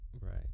right